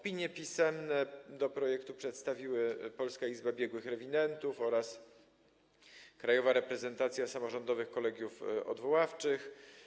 Pisemne opinie o projekcie przedstawiły Polska Izba Biegłych Rewidentów oraz Krajowa Reprezentacja Samorządowych Kolegiów Odwoławczych.